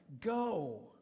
Go